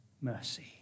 Mercy